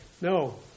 no